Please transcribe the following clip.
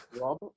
Rob